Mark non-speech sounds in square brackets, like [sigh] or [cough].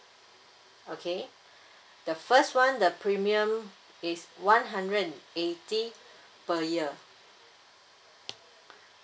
okay [breath] the first one the premium is one hundred and eighty per year